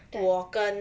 对